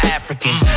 Africans